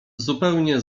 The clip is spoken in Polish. zupełnie